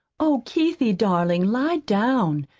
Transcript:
oh, keithie, darling, lie down!